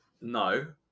No